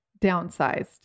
downsized